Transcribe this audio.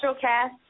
cast